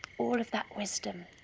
all of that wisdom,